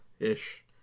Ish